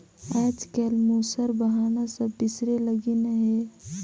आएज काएल मूसर बहना सब बिसरे लगिन अहे